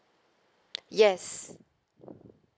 yes